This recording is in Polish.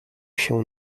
się